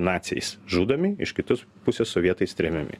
naciais žudomi iš kitos pusės sovietais tremiami